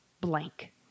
blank